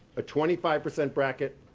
a twenty five percent bracket,